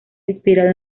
inspirado